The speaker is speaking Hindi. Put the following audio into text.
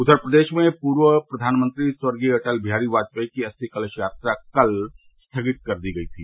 उधर प्रदेश में पूर्व प्रधानमंत्री स्वर्गीय अटल बिहारी बाजपेयी की अस्थि कलश यात्रा कल स्थगित कर दी गई थी